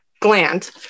gland